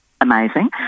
amazing